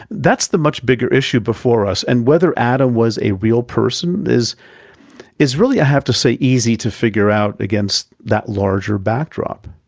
that's the much bigger issue before us, and whether adam was a real person is is really, i have to say, easy to figure out against that larger backdrop.